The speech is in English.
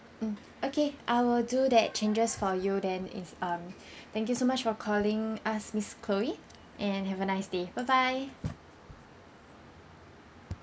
mm okay I will do that changes for you then it's um thank you so much for calling us miss chloe and have a nice day bye bye